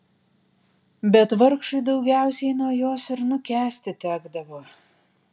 bet vargšui daugiausiai nuo jos ir nukęsti tekdavo